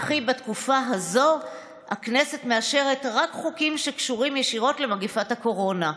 וכי בתקופה זו הכנסת מאשרת רק חוקים שקשורים ישירות למגפת הקורונה.